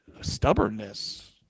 stubbornness